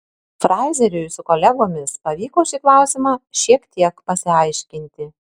frazieriui su kolegomis pavyko šį klausimą šiek tiek pasiaiškinti